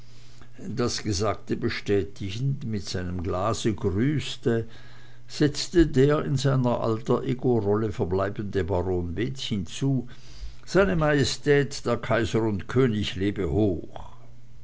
das gesagte bestätigend mit seinem glase grüßte setzte der in seiner alter ego rolle verbleibende baron beetz hinzu seine majestät der kaiser und könig lebe hoch